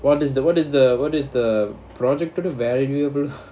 what is the what is the what is the projected valuable